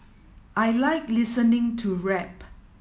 I like listening to rap